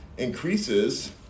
increases